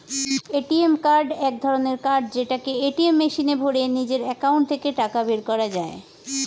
ATM card এক ধরণের card যেটাকে এটিএম মেশিনে ভরে নিজের একাউন্ট থেকে টাকা বের করা যায়